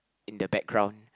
in the background